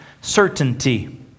certainty